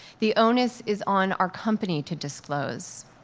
the onus is on our company to disclose.